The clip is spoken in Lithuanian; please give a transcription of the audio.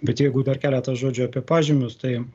bet jeigu dar keletą žodžių apie pažymius tai